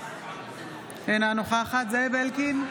אינה נוכחת זאב אלקין,